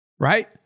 right